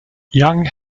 young